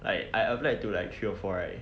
like I applied to like three or four right